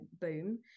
boom